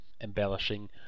embellishing